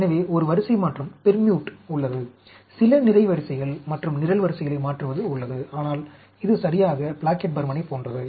எனவே ஒரு வரிசைமாற்றம் உள்ளது சில நிரைவரிசைகள் மற்றும் நிரல்வரிசைகளை மாற்றுவது உள்ளது ஆனால் இது சரியாக பிளாக்கெட் பர்மனைப் போன்றது